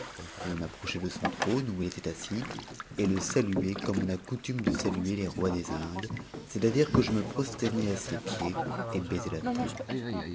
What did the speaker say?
je m'approchai de son trône où it était assis et le saluai comme on a coutume de saluer les rois des indes c'est-à-dire que je me prosternai à ses pieds et baisai la terre